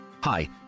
Hi